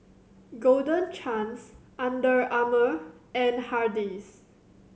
Golden Chance Under Armour and Hardy's